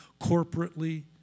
corporately